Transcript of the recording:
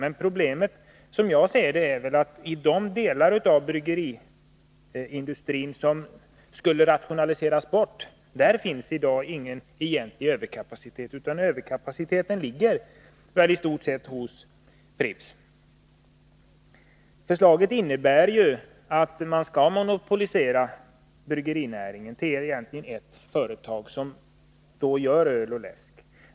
Men problemet är, som jag ser det, att det i dag i de delar av bryggeriindustrin som skulle rationaliseras bort inte finns någon egentlig överkapacitet, utan överkapaciteten ligger i stort sett hos Pripps. Förslaget innebär att man skall monopolisera bryggerinäringen till ett företag som gör öl och läsk.